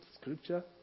scripture